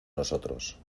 nosotros